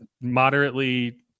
moderately